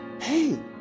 Hey